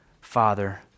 father